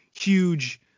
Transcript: huge